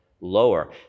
lower